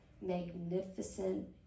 magnificent